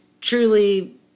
truly